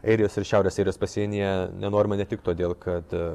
airijos ir šiaurės airijos pasienyje nenorima ne tik todėl kad